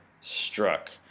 struck